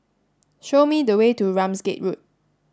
show me the way to Ramsgate Road